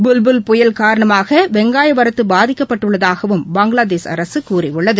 புல் புல் காரணமாக வெங்காய வரத்து பாதிக்கப்பட்டுள்ளதாகவும் பங்ளாதேஷ் அரசு கூறியுள்ளது